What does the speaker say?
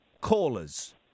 callers